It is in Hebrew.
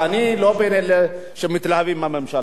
אני לא בין אלה שמתלהבים מהממשלה הזאת,